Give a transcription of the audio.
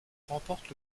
remporte